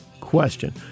question